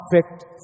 perfect